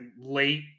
late